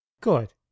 Good